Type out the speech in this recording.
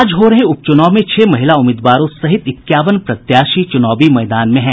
आज हो रहे उपचुनाव में छह महिला उम्मीदवारों सहित इक्यावन प्रत्याशी चुनावी मैदान में हैं